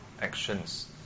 actions